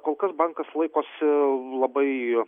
kol kas bankas laikosi labai